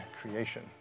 creation